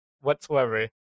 whatsoever